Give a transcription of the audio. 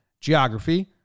geography